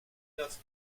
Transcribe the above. neuf